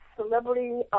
Celebrity